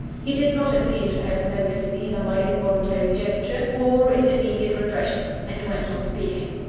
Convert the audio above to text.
he did not appear to have noticed either my involuntary gesture, or its immediate repression and went on speaking.